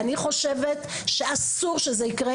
אני חושבת שאסור שזה יקרה.